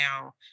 now